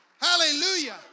Hallelujah